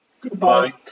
Goodbye